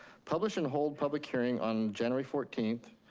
publish and hold public hearing on january fourteenth,